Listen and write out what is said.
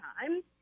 time